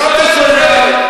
שאלת שאלה,